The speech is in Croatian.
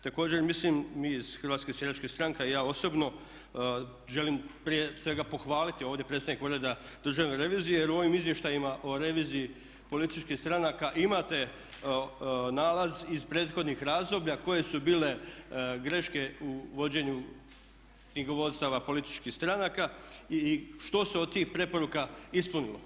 Također mislim mi iz HSS-a a i ja osobno želim prije svega pohvaliti ovdje predsjednika Ureda državne revizije, jer u ovim izvještajima o reviziji političkih stranaka imate nalaz iz prethodnih razdoblja koje su bile greške u vođenju knjigovodstava političkih stranaka i što se od tih preporuka ispunilo.